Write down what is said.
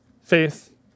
faith